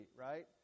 right